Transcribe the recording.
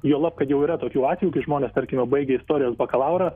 juolab kad jau yra tokių atvejų kai žmonės tarkime baigė istorijos bakalaurą